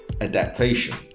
adaptation